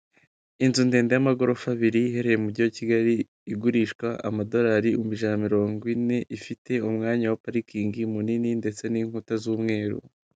Inzu ndende y'amagorofa abiri iherereye mu mujyi wa Kigali igurishwa amadorari ibihumbi ijana na mirongo ine ifite umwanya wa parikingi munini ndetse n'inkuta z'umweru.